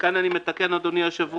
כאן אני מתקן, אדוני היושב-ראש: